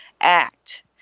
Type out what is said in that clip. Act